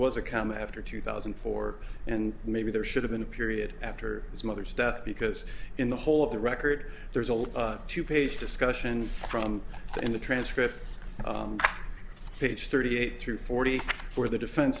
was a comma after two thousand and four and maybe there should have been a period after his mother's death because in the whole of the record there's a little two page discussion from that in the transcript page thirty eight through forty four the defense